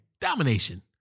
Domination